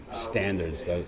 standards